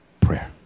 prayer